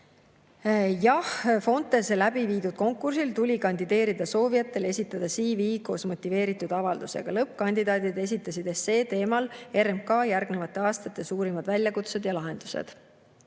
Jah, Fontese läbiviidud konkursil tuli kandideerijatel esitada CV koos motiveeritud avaldusega. Lõppkandidaadid esitasid essee teemal "RMK järgnevate aastate suurimad väljakutsed ja lahendused".